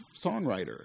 songwriter